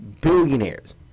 billionaires